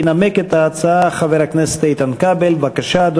משה מזרחי,